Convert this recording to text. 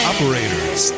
Operators